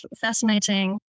fascinating